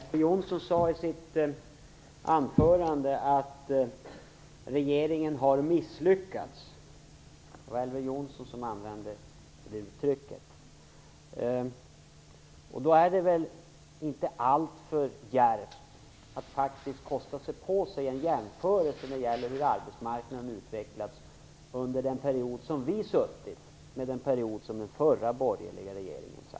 Fru talman! Elver Jonsson sade i sitt anförande att regeringen har misslyckats. Det var Elver Jonsson som använde det uttrycket. Då är det väl inte alltför djärvt att kosta på sig en jämförelse mellan hur arbetsmarknaden utvecklats under den period som vi suttit vid makten och den period som den förra borgerliga regeringen satt.